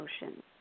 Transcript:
emotions